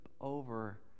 over